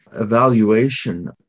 evaluation